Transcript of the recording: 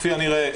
כפי הנראה,